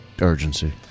Urgency